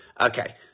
Okay